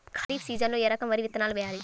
ఖరీఫ్ సీజన్లో ఏ రకం వరి విత్తనాలు వేయాలి?